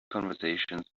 conversations